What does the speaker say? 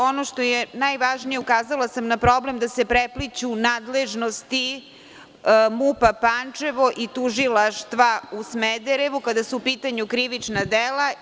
Ono što je najvažnije, ukazala sam na problem da se prepliću nadležnosti MUP Pančevo i Tužilaštva u Smederevu kada su u pitanju krivična dela.